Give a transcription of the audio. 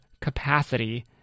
capacity